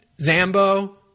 Zambo